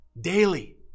daily